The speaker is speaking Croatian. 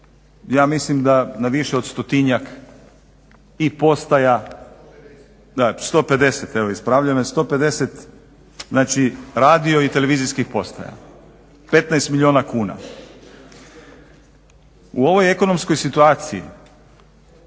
ja mislim na više od stotinjak, ja mislim postaja, 150 radio i televizijskih postaja, 15 milijuna kuna. U ovoj ekonomskoj situaciji